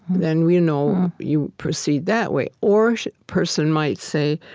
then you know you proceed that way. or a person might say,